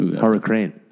Hurricane